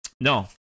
no